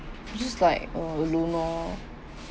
just like uh alone lor